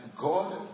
God